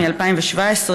מ-2017,